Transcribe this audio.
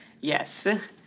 Yes